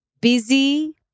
busy